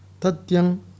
tatyang